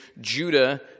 Judah